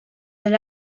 del